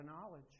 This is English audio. knowledge